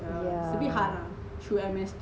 yeah